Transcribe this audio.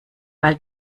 weil